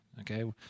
okay